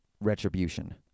Retribution